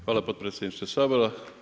Hvala potpredsjedniče Sabora.